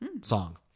song